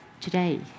today